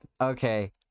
Okay